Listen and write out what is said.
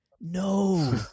No